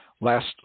Last